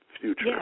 future